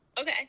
Okay